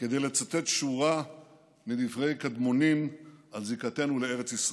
כדי לצטט שורה מדברי קדמונים על זיקתנו לארץ ישראל.